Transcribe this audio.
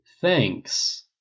Thanks